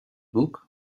book